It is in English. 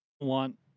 want